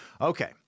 Okay